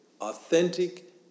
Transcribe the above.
authentic